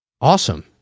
awesome